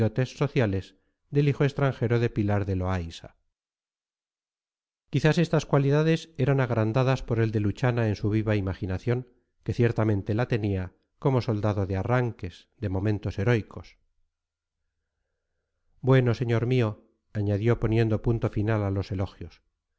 sociales del hijo extranjero de pilar de loaysa quizás estas cualidades eran agrandadas por el de luchana en su viva imaginación que ciertamente la tenía como soldado de arranques de momentos heroicos bueno señor mío añadió poniendo punto final a los elogios